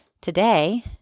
Today